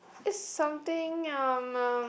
is something um um